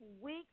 week